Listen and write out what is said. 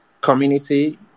community